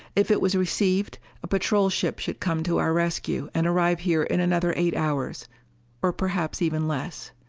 if it was received, a patrol ship could come to our rescue and arrive here in another eight hours or perhaps even less.